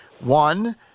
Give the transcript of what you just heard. one